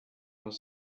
their